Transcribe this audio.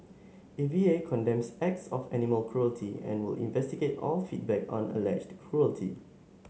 A V A condemns acts of animal cruelty and will investigate all feedback on alleged cruelty